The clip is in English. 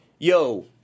Yo